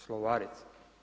Slovarica.